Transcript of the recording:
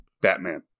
Batman